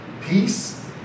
Peace